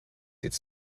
its